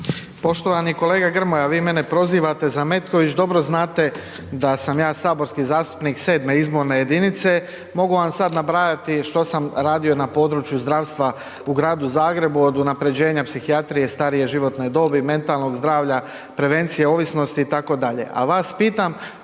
Poštovani kolega Grmoja, vi mene prozivate za Metković, dobro znate da sam ja saborski zastupnik 7. izborne jedinice, mogu vam sad nabrajati što sam radio na području zdravstva u Gradu Zagrebu, od unaprjeđenja psihijatrije, starije životne dobi, mentalnog zdravlja, prevencije ovisnosti itd.,